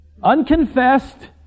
unconfessed